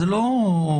זה לא בקשה.